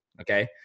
Okay